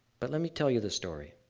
but let me tell you the story.